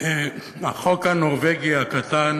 החוק הנורבגי הקטן,